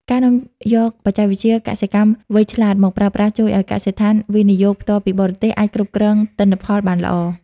ការនាំយកបច្ចេកវិទ្យា "កសិកម្មវៃឆ្លាត" មកប្រើប្រាស់ ជួយឱ្យកសិដ្ឋាន វិនិយោគផ្ទាល់ពីបរទេស អាចគ្រប់គ្រងទិន្នផលបានល្អ។